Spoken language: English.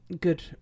good